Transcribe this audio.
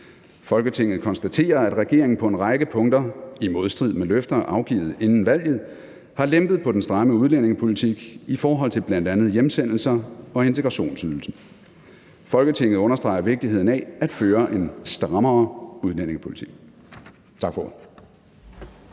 Folketinget konstaterer, at regeringen på en række punkter i modstrid med løfter afgivet inden valget har lempet på den stramme udlændingepolitik i forhold til bl.a. hjemsendelser og integrationsydelsen. Folketinget understreger vigtigheden af at føre en strammere udlændingepolitik.«